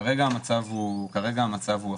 כרגע המצב הוא הפוך,